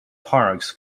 parks